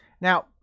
Now